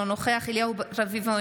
אינו נוכח אליהו רביבו,